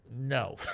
No